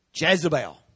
Jezebel